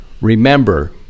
remember